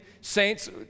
saints